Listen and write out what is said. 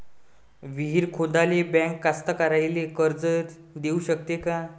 विहीर खोदाले बँक कास्तकाराइले कर्ज देऊ शकते का?